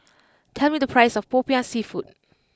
tell me the price of Popiah Seafood